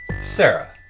Sarah